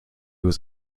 was